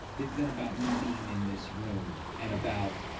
they've been about me being in this room and about.